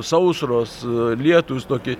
sausros lietūs tokie